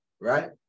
right